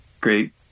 great